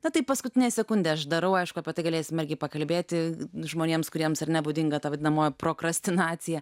na tai paskutinę sekundę aš darau aišku apie tai galėsim irgi pakalbėti žmonėms kuriems ar ne būdinga ta vadinamoji prokrastinacija